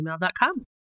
gmail.com